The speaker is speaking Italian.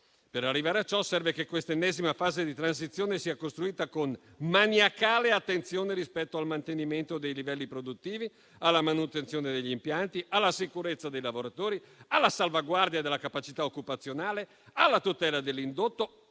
Per arrivare a ciò serve che questa ennesima fase di transizione sia costruita con maniacale attenzione rispetto al mantenimento dei livelli produttivi, alla manutenzione degli impianti, alla sicurezza dei lavoratori, alla salvaguardia della capacità occupazionale, alla tutela dell'indotto